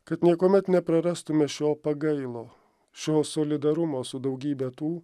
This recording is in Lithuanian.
kad niekuomet neprarastume šio pagailo šio solidarumo su daugybe tų